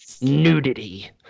nudity